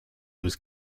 was